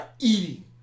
Eating